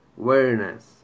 awareness